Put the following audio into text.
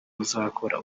muzakora